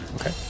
Okay